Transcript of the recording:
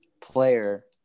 player